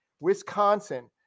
Wisconsin